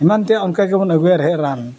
ᱮᱢᱟᱱ ᱛᱮᱭᱟᱜ ᱚᱱᱠᱟ ᱜᱮᱵᱚᱱ ᱟᱹᱜᱩᱭᱟ ᱨᱮᱦᱮᱫ ᱨᱟᱱ